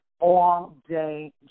all-day